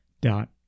dot